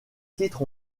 titres